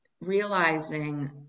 realizing